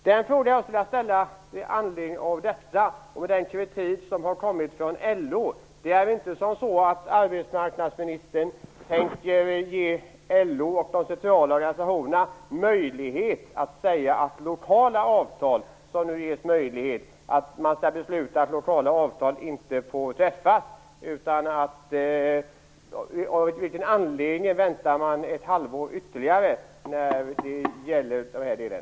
Den fråga jag skulle vilja ställa med anledning av detta och den kritik som har kommit från LO är: Det är väl inte så att arbetsmarknadsministern tänker ge LO och de centrala organisationerna möjlighet att besluta att de lokala avtal som man nu ges möjlighet till inte får träffas? Av vilken anledning väntar man ett halvår ytterligare när det gäller den här delen?